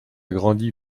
grandi